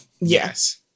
Yes